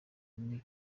mille